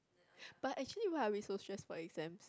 but actually why are we so stress for exams